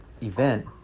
event